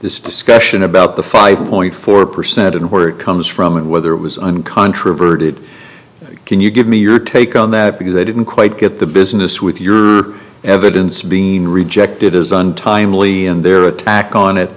about the five point four percent and where it comes from and whether it was uncontroverted can you give me your take on that because i didn't quite get the business with your evidence being rejected as untimely and their attack on it